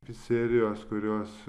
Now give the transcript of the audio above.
picerijos kurios